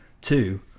Two